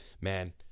man